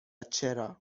چرا